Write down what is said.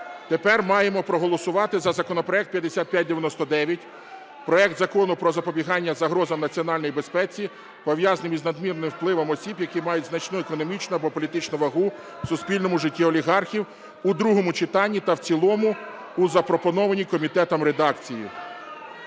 Тепер маємо проголосувати за законопроект 5599 – проект Закону про запобігання загрозам національній безпеці, пов'язаним із надмірним впливом осіб, які мають значну економічну або політичну вагу в суспільному житті (олігархів), у другому читанні та в цілому у запропонованій комітетом редакції.